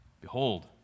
Behold